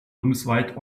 bundesweit